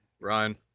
Ryan